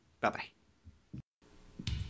Bye-bye